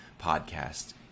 podcast